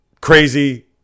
Crazy